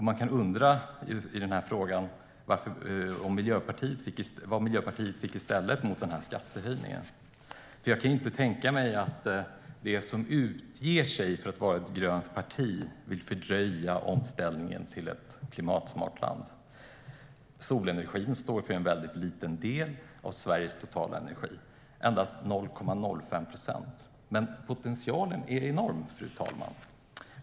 Man kan i den här frågan undra vad Miljöpartiet fick i stället, mot den här skattehöjningen, för jag kan inte tänka mig att de som utger sig för att vara ett grönt parti vill fördröja omställningen till ett klimatsmart land. Solenergin står för en väldigt liten del av Sveriges totala energi. Det är endast 0,05 procent, men potentialen är enorm, fru talman.